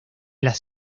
las